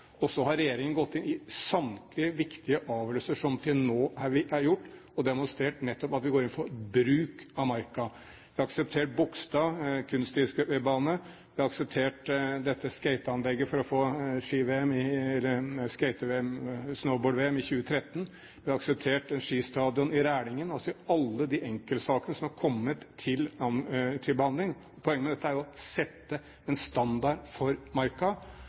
det? Så har regjeringen gått inn i samtlige viktige avgjørelser som til nå er gjort, og demonstrert at vi nettopp går inn for bruk av Marka. Vi har akseptert Bogstad kunstisbane, vi har akseptert dette skateanlegget for å få snowboard-VM i 2013, og vi har akseptert en skistadion i Rælingen. Vi har altså akseptert alle de enkeltsakene som er kommet til behandling. Poenget med dette er jo å sette en standard for Marka.